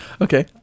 Okay